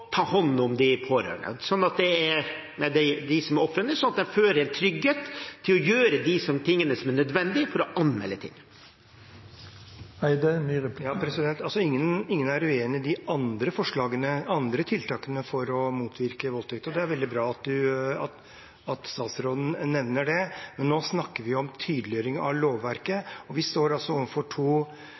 ta hånd om dem som er ofrene, slik at de føler trygghet for å gjøre det som er nødvendig for å anmelde. Ingen er uenig i de andre tiltakene for å motvirke voldtekt, og det er veldig bra at statsråden nevner det. Men nå snakker vi om tydeliggjøring av lovverket, og vi står altså overfor to